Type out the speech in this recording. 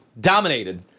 dominated